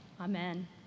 Amen